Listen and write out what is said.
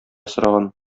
сораган